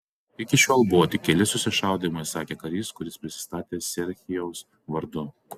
iki šiol buvo tik keli susišaudymai sakė karys kuris prisistatė serhijaus vardu